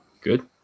Good